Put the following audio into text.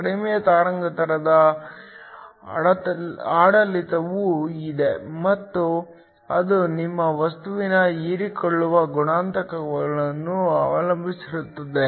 ಕಡಿಮೆ ತರಂಗಾಂತರದ ಆಡಳಿತವೂ ಇದೆ ಮತ್ತು ಅದು ನಿಮ್ಮ ವಸ್ತುವಿನ ಹೀರಿಕೊಳ್ಳುವ ಗುಣಾಂಕವನ್ನು ಅವಲಂಬಿಸಿರುತ್ತದೆ